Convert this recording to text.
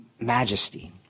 majesty